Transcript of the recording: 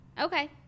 okay